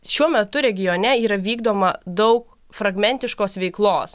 šiuo metu regione yra vykdoma daug fragmentiškos veiklos